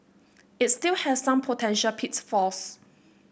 it still has some potential pitfalls